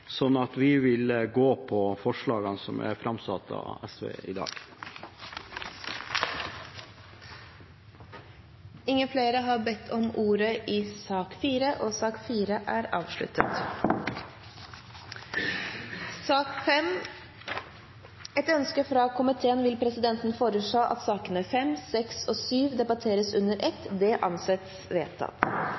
vi vil gå for forslagene som er framsatt av SV i dag. Flere har ikke bedt om ordet til sak nr. 4. Etter ønske fra transport- og kommunikasjonskomiteen vil presidenten foreslå at sakene nr. 5, 6 og 7 behandles under ett. – Det anses vedtatt.